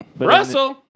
Russell